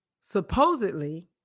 supposedly